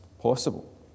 possible